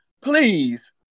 please